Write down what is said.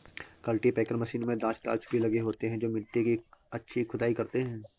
cultipacker machine में दांत दार छुरी लगे होते हैं जो मिट्टी की अच्छी खुदाई करते हैं